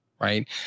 right